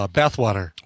bathwater